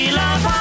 love